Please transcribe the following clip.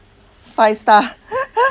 five star